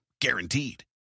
guaranteed